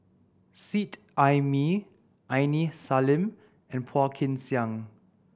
Seet Ai Mee Aini Salim and Phua Kin Siang